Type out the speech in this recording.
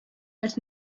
als